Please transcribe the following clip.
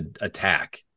attack